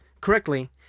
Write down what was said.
correctly